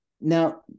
Now